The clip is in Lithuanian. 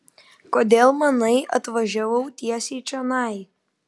kodėl manai atvažiavau tiesiai čionai